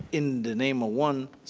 in the name of one,